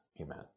Amen